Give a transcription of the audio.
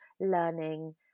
learning